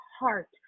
heart